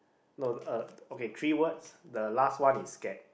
no uh okay three words the last one is scared